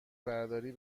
برداری